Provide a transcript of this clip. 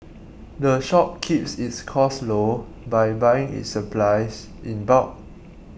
the shop keeps its costs low by buying its supplies in bulk